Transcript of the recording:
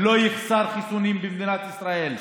לא יחסרו חיסונים במדינת ישראל.